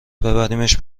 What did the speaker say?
ببریمش